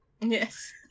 Yes